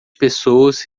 pessoas